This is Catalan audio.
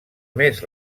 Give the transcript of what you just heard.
més